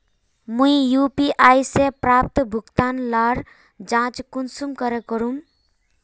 मुई यु.पी.आई से प्राप्त भुगतान लार जाँच कुंसम करे करूम?